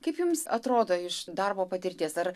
kaip jums atrodo iš darbo patirties ar